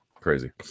Crazy